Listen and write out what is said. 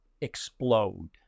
explode